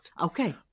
Okay